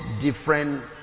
different